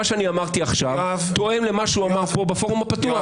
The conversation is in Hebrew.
שאמרתי עכשיו תואם למה שהוא אמר בפורום הפתוח.